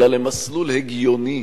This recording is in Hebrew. אלא למסלול הגיוני,